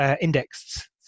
indexed